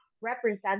represent